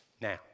now